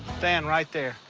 stand right there.